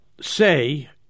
say